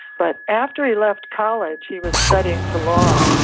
but after he left college, he was studying for law,